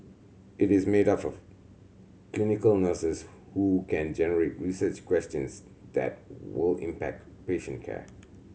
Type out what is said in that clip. it is made up of clinical nurses who can generate research questions that will impact patient care